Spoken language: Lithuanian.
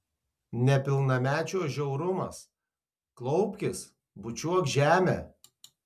nepilnamečio žiaurumas klaupkis bučiuok žemę